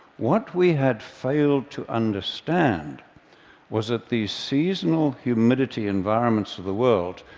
what we had failed to understand was that these seasonal humidity environments of the world,